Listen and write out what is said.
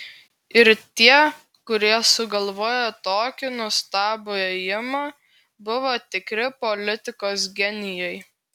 ir tie kurie sugalvojo tokį nuostabų ėjimą buvo tikri politikos genijai